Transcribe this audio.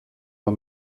man